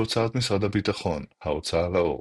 בהוצאת משרד הביטחון – ההוצאה לאור,